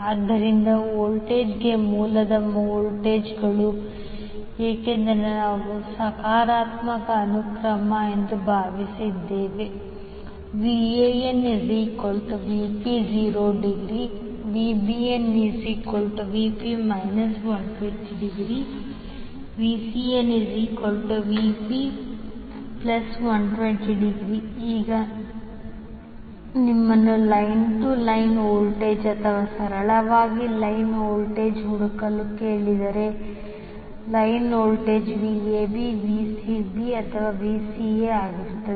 ಆದ್ದರಿಂದ ವೋಲ್ಟೇಜ್ ಮೂಲದ ಮೌಲ್ಯಗಳು ಏಕೆಂದರೆ ನಾವು ಸಕಾರಾತ್ಮಕ ಅನುಕ್ರಮ ಎಂದು ಭಾವಿಸಿದ್ದೇವೆ VanVp∠0° VbnVp∠ 120° VcnVp∠120° ಈಗ ನಿಮ್ಮನ್ನು ಲೈನ್ ಟು ಲೈನ್ ವೋಲ್ಟೇಜ್ ಅಥವಾ ಸರಳವಾಗಿ ಲೈನ್ ವೋಲ್ಟೇಜ್ ಹುಡುಕಲು ಕೇಳಿದರೆ ಲೈನ್ ವೋಲ್ಟೇಜ್ Vab Vbc ಅಥವಾ Vca ಆಗಿರುತ್ತದೆ